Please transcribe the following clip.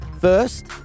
first